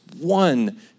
one